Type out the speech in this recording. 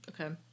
Okay